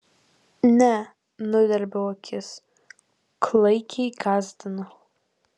ne nudelbiau akis klaikiai gąsdina